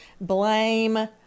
blame